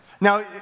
Now